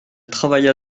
travailla